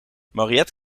mariet